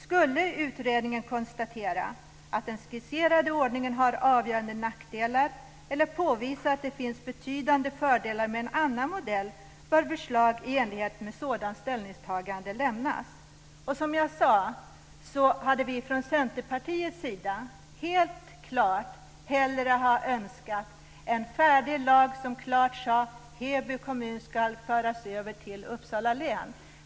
Skulle utredningen konstatera att den skisserade ordningen har avgörande nackdelar eller påvisa att det finns betydande fördelar med en annan modell bör förslag i enlighet med sådana ställningstaganden lämnas." Och som jag sade hade vi från Centerpartiets sida helt klart hellre önskat en färdig lag där det helt klart sades att Heby kommun ska föras över till Uppsala län.